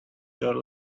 your